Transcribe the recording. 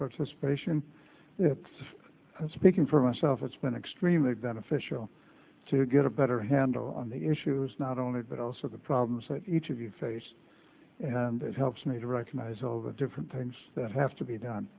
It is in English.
of speaking for myself it's been extremely beneficial to get a better handle on the issues not only but also the problems that each of you face and it helps me to recognize all the different things that have to be done